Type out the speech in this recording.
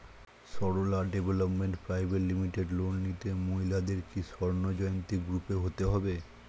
Sarala development private limited loan নিতে মহিলাদের কি স্বর্ণ জয়ন্তী গ্রুপে হতে হবে?